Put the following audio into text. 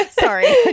sorry